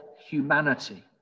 humanity